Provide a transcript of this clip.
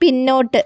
പിന്നോട്ട്